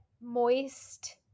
moist